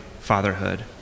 fatherhood